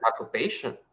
occupation